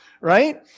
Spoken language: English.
right